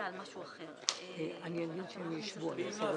ואם לא